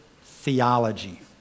theology